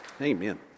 Amen